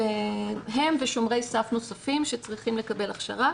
הם ושומרי סף נוספים שצריכים לקבל הכשרה